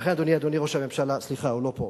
ולכן, אדוני ראש הממשלה, סליחה, הוא לא פה.